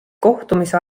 kohtumise